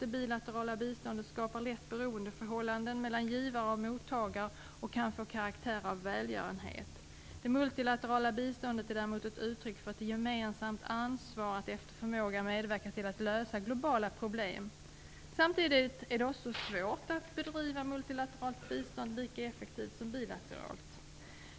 Det bilaterala biståndet skapar lätt beroendeförhållanden mellan givare och mottagare och kan få karaktär av välgörenhet. Det multilaterala biståndet är däremot ett uttryck för ett gemensamt ansvar att, efter förmåga, medverka till att lösa globala problem. Samtidigt är det ofta svårt att bedriva multilateralt bistånd lika effektivt som bilateralt.